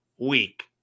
week